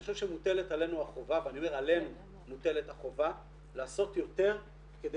אני חושב שמוטלת עלינו החובה לעשות יותר כדי